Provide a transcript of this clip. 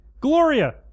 Gloria